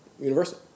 Universal